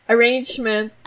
Arrangement